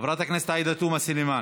חברת הכנסת עאידה תומא סלימאן.